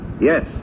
Yes